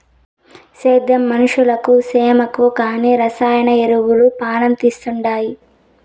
సేద్యం మనుషులకు సేమకు కానీ రసాయన ఎరువులు పానం తీస్తండాయి